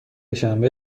شنبه